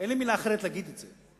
אין לי מלה אחרת להגיד את זה.